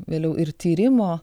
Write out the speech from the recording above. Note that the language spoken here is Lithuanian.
vėliau ir tyrimo